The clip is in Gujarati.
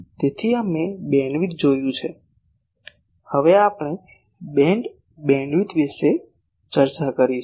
તેથી અમે બીમવિડ્થ જોયું છે હવે આપણે બેન્ડ બેન્ડવિડ્થ વિશે ચર્ચા કરીશું